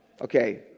Okay